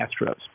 Astros